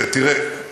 תראה,